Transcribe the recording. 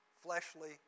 fleshly